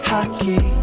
Hockey